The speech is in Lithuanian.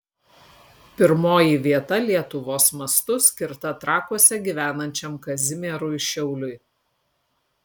pirmoji vieta lietuvos mastu skirta trakuose gyvenančiam kazimierui šiauliui